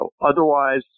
Otherwise